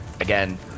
again